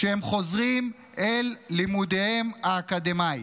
כשהם חוזרים אל לימודיהם האקדמיים.